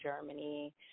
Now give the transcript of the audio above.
Germany